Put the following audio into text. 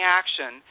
action